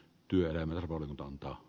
työn arvo on tällä